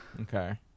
Okay